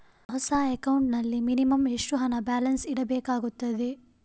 ಹೊಸ ಅಕೌಂಟ್ ನಲ್ಲಿ ಮಿನಿಮಂ ಎಷ್ಟು ಹಣ ಬ್ಯಾಲೆನ್ಸ್ ಇಡಬೇಕಾಗುತ್ತದೆ?